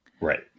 Right